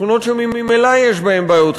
שכונות שממילא יש בהן בעיות חברתיות,